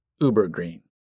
uber-green